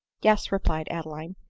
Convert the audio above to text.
yes, replied adeline.